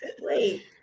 Wait